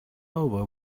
over